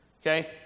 Okay